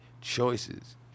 choices